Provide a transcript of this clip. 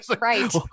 Right